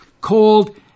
called